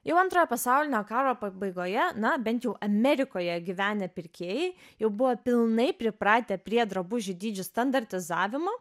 jau antrojo pasaulinio karo pabaigoje na bent jau amerikoje gyvenę pirkėjai jau buvo pilnai pripratę prie drabužių dydžių standartizavimo